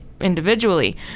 individually